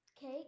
Cake